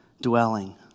dwelling